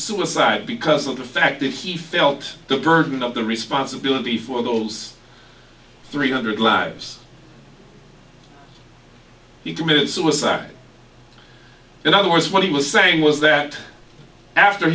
suicide because of the fact that he felt the burden of the responsibility for goals three hundred lives you committed suicide in other words what he was saying was that after